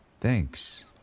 Thanks